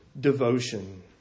devotion